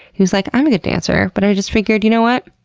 he was like, i'm a good dancer, but i just figured, you know what?